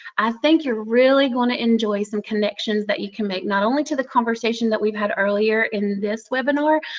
i think you are really going to enjoy some connections that you can make, not only to the conversation that we've had earlier in this webinar,